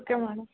okay madam